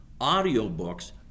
audiobooks